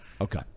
Okay